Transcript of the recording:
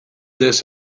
this